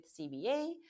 CBA